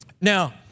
Now